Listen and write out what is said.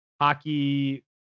hockey